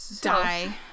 die